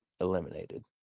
Eliminated